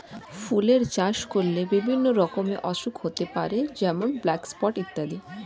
ফুলের চাষ করলে বিভিন্ন রকমের অসুখ হতে পারে যেমন ব্ল্যাক স্পট ইত্যাদি